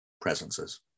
presences